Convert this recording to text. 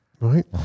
right